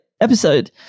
episode